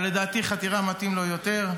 אבל לדעתי חתירה מתאים לו יותר.